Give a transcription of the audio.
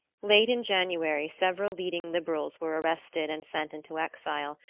late in january several leading liberals were arrested and sent into exile,